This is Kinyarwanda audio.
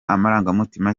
amarangamutima